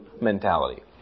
mentality